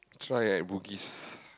try at Bugis